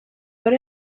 put